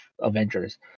Avengers